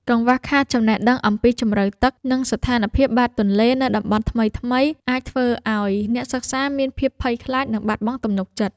កង្វះខាតចំណេះដឹងអំពីជម្រៅទឹក និងស្ថានភាពបាតទន្លេនៅតំបន់ថ្មីៗ អាចធ្វើឱ្យអ្នកសិក្សាមានភាពភ័យខ្លាច និងបាត់បង់ទំនុកចិត្ត។